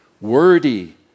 wordy